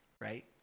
right